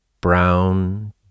brown